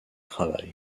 travail